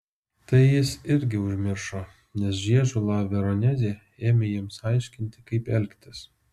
tai jis irgi užmiršo nes žiežula veronezė ėmė jiems aiškinti kaip elgtis